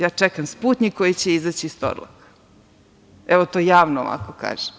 Ja čekam „Sputnjik“ koji će izaći iz Torlaka, evo to javno ovako kažem.